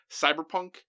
Cyberpunk